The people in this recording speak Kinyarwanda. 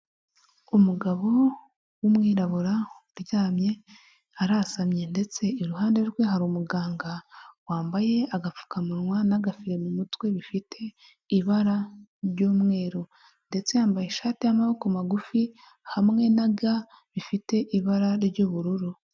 Umugabo w'umwirabura uryamye, arasamye ndetse iruhande rwe hari umuganga wambaye agapfukamunwa n'agaferi mu mutwe bifite ibara ry'umweru. Ndetse yambaye ishati y'amaboko magufi, hamwe na ga bifite ibara ry'ubururu.